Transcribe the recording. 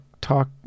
talk